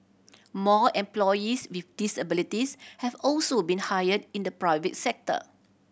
more employees with disabilities have also been hire in the private sector